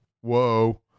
whoa